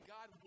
God